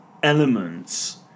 elements